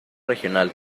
regional